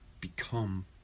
become